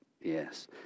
Yes